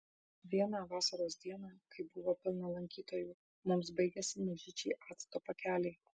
vieną vasaros dieną kai buvo pilna lankytojų mums baigėsi mažyčiai acto pakeliai